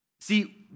See